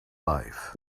life